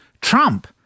Trump